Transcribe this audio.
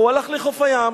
הוא הלך לחוף הים,